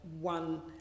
one